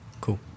Cool